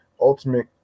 ultimate